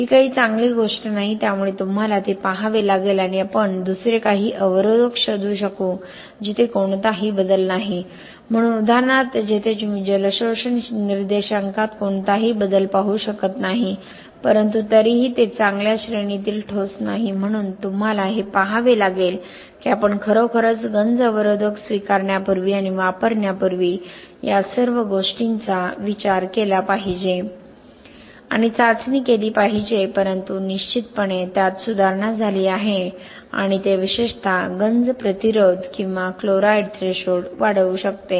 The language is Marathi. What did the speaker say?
ही काही चांगली गोष्ट नाही त्यामुळे तुम्हाला ते पहावे लागेल आणि आपण दुसरे काही अवरोधक शोधू शकू जिथे कोणताही बदल नाही म्हणून उदाहरणार्थ येथे तुम्ही जल शोषण निर्देशांकात कोणताही बदल पाहू शकत नाही परंतु तरीही ते चांगल्या श्रेणीतील ठोस नाही म्हणून तुम्हाला हे पहावे लागेल की आपण खरोखरच गंज अवरोधक स्वीकारण्यापूर्वी आणि वापरण्यापूर्वी या सर्व गोष्टींचा विचार केला पाहिजे आणि चाचणी केली पाहिजे परंतु निश्चितपणे त्यात सुधारणा झाली आहे आणि ते विशेषतः गंज प्रतिरोध किंवा क्लोराईड थ्रेशोल्ड वाढवू शकते